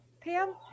Pam